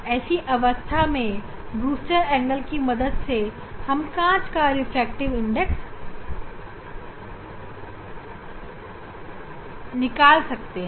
ऐसी अवस्था में ब्रूस्टर एंगल की मदद से हम कांच का रिफ्रैक्टिव इंडेक्स पता लगा सकते हैं